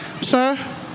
sir